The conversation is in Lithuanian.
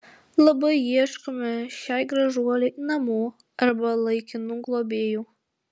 labai ieškome šiai gražuolei namų arba laikinų globėjų